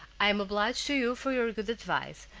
i am obliged to you for your good advice,